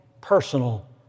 personal